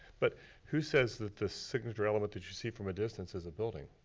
but who says that this signature element that you see from a distance is a building?